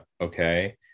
okay